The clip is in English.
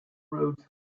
roads